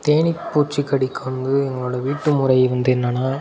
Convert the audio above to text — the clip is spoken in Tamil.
தேனீ பூச்சி கடிக்கும்போது எங்களோடய வீட்டு முறை வந்து என்னென்னால்